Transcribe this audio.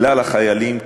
כלל החיילים,